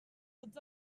tots